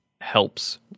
helps